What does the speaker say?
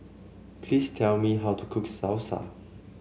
please tell me how to cook Salsa